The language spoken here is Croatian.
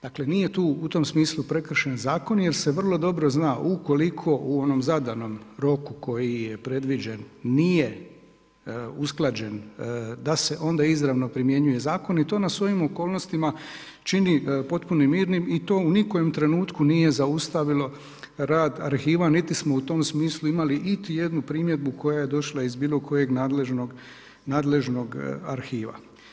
Dakle nije tu u tom smislu prekršen zakon jel se vrlo dobro zna ukoliko u onom zadanom roku koji je predviđen nije usklađen da se onda izravno primjenjuje zakon i to nas u ovim okolnostima čini potpuno mirnim i to u ni kojem trenutku nije zaustavilo rad arhiva, niti smo u tom smislu imali iti jednu primjedbu koja je došla iz bilo kojeg nadležnog arhiva.